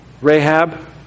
Rahab